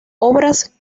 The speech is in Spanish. obras